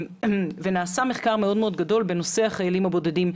נעשה מחקר גדול מאוד בנושא החיילים הבודדים,